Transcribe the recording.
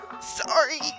sorry